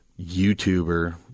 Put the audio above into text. YouTuber